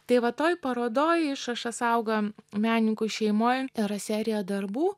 tai va toj parodoj išrašas auga menininkų šeimoj yra serija darbų